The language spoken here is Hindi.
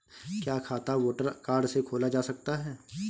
क्या खाता वोटर कार्ड से खोला जा सकता है?